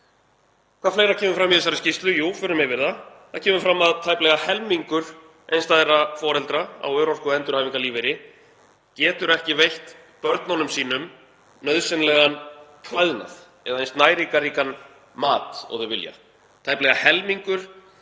Hvað fleira kemur fram í þessari skýrslu? Jú, förum yfir það. Það kemur fram að tæplega helmingur einstæðra foreldra á örorku- og endurhæfingarlífeyri getur ekki veitt börnum sínum nauðsynlegan klæðnað eða eins næringarríkan mat og þau vildu.